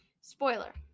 Spoiler